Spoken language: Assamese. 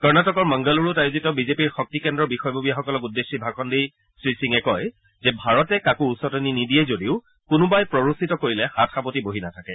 কৰ্ণটিকৰ মাংগালুৰুত আয়োজিত বিজেপিৰ শক্তিকেন্দ্ৰৰ বিষয়ববীয়াসকলক উদ্দেশ্যি ভাষণ দি শ্ৰী সিঙে কয় যে ভাৰতে কাকো উচতনি নিদিয়ে যদিও কোনোবাই প্ৰৰোচিত কৰিলে হাত সাবটি বহি নাথাকে